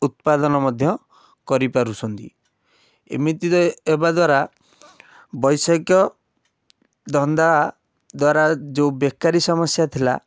ଉତ୍ପାଦନ ମଧ୍ୟ କରିପାରୁଛନ୍ତି ଏମିତିରେ ହେବା ଦ୍ୱାରା ବୈଷୟିକ ଧନ୍ଦା ଦ୍ୱାରା ଯେଉଁ ବେକାରି ସମସ୍ୟା ଥିଲା